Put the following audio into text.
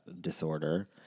disorder